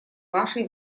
вашей